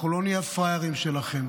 אנחנו לא נהיה פראיירים שלכם.